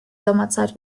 sommerzeit